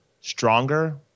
stronger